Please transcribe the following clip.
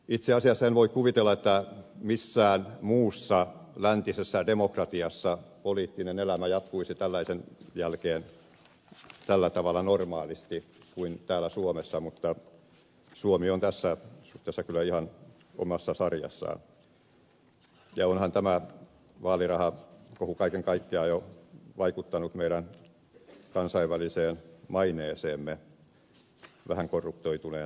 itse asiassa en voi kuvitella että missään muussa läntisessä demokratiassa poliittinen elämä jatkuisi tällaisen jälkeen tällä tavalla normaalisti kuin täällä suomessa mutta suomi on tässä suhteessa kyllä ihan omassa sarjassaan ja onhan tämä vaalirahakohu kaiken kaikkiaan jo vaikuttanut meidän kansainväliseen maineeseemme vähän korruptoituneena maana